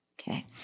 Okay